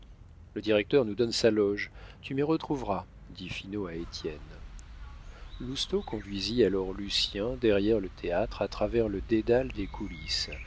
le directeur nous donne sa loge tu m'y retrouveras dit finot à étienne lousteau conduisit alors lucien derrière le théâtre à travers le dédale des coulisses